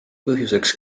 põhjuseks